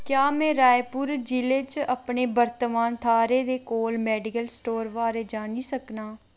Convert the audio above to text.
क्या में रायपुर जि'ले च अपने वर्तमान थाह्रै दे कोल मेडिकल स्टोर बारै जानी सकनां